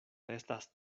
estas